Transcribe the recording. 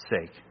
sake